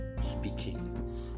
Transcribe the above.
speaking